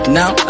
now